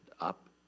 up